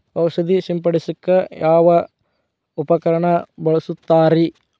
ಔಷಧಿ ಸಿಂಪಡಿಸಕ ಯಾವ ಉಪಕರಣ ಬಳಸುತ್ತಾರಿ?